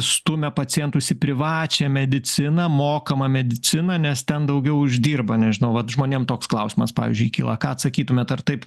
stumia pacientus į privačią mediciną mokamą mediciną nes ten daugiau uždirba nežinau vat žmonėm toks klausimas pavyzdžiui kyla ką atsakytumėt ar taip